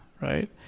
right